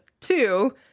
Two